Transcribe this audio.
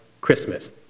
Christmas